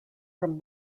from